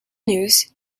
news